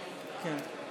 קבוצת סיעת ישראל